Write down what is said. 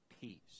peace